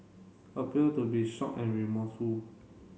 appeared to be shocked and remorseful